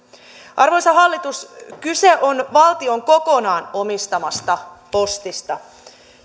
arvoisa hallitus kyse on valtion kokonaan omistamasta postista